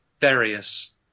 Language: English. various